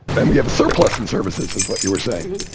and we have a surplus in services is what you were saying. yeah, yeah.